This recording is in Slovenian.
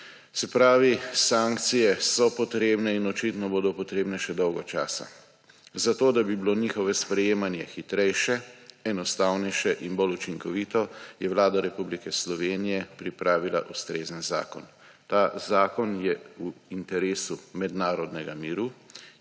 Se pravi, sankcije so potrebne in očitno bodo potrebne še dolgo časa. Zato da bi bilo njihovo sprejemanje hitrejše, enostavnejše in bolj učinkovito, je Vlada Republike Slovenije pripravila ustrezen zakon. Ta zakon je v interesu mednarodnega miru,